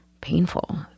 Painful